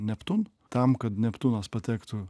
neptun tam kad neptūnas patektų